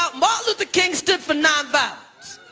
um martin luther king stood for nonviolence.